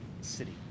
city